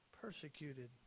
persecuted